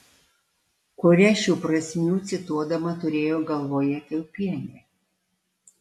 kurią šių prasmių cituodama turėjo galvoje kiaupienė